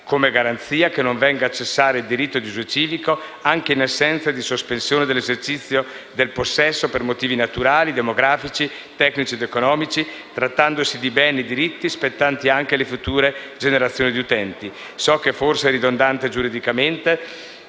come garanzia che non venga a cessare il diritto di uso civico anche in presenza di una sospensione dell'esercizio del possesso per motivi naturali, demografici, tecnici ed economici, trattandosi di beni e diritti spettanti anche alle future generazioni di utenti. So che forse è ridondante e giuridicamente,